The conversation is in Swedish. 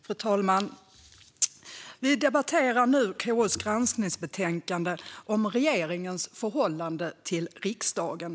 Fru talman! Vi debatterar nu KU:s granskningsbetänkande om regeringens förhållande till riksdagen.